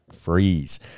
freeze